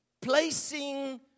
Placing